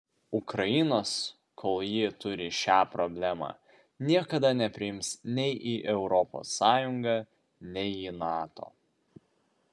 ukrainos kol ji turi šią problemą niekada nepriims nei į europos sąjungą nei į nato